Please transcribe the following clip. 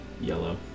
Yellow